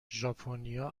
ژاپنیا